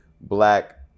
black